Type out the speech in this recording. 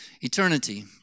Eternity